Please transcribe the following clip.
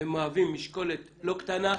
והם מהווים משקולת לא קטנה.